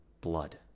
blood